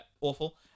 Awful